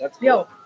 Yo